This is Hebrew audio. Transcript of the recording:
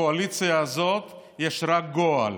בקואליציה הזאת יש רק גועל,